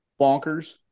bonkers